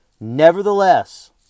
Nevertheless